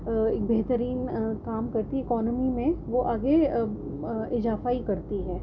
ایک بہترین کام کرتی اکانمی میں وہ آگے اضافہ ہی کرتی ہے